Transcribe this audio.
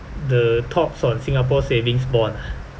the thoughts on singapore savings bond ah